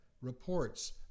reports